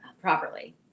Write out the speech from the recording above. properly